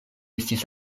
estis